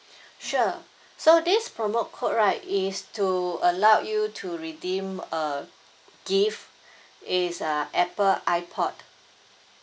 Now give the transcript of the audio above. sure so this promo code right is to allow you to redeem a gift it's a apple ipod